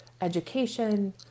education